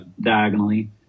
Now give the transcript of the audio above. diagonally